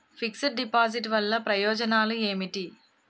Fix డ్ deposit వల్ల ప్రయోజనాలు ఏమిటి?